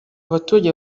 baturage